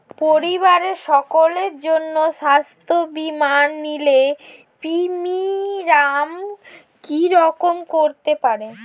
পরিবারের সকলের জন্য স্বাস্থ্য বীমা নিলে প্রিমিয়াম কি রকম করতে পারে?